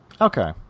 Okay